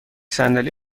صندلی